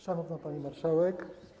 Szanowna Pani Marszałek!